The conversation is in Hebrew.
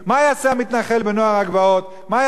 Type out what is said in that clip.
מה יעשה אותו אדם חרדי שאין לו כלי תקשורת,